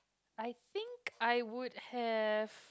I think I would have